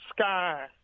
sky